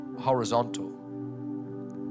horizontal